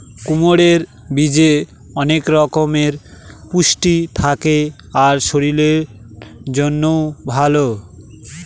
কুমড়োর বীজে অনেক রকমের পুষ্টি থাকে আর শরীরের জন্যও ভালো